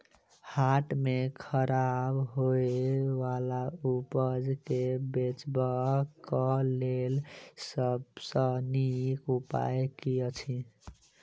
हाट मे खराब होय बला उपज केँ बेचबाक क लेल सबसँ नीक उपाय की अछि?